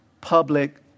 public